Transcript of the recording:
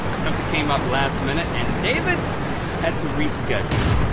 something came up last minute and david had to reschedule.